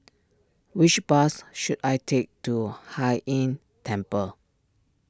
which bus should I take to Hai Inn Temple